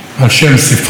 "1 מול 119",